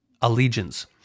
allegiance